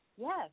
yes